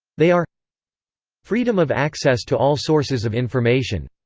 they are freedom of access to all sources of information,